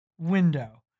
Window